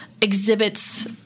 exhibits